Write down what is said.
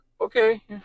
Okay